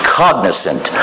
cognizant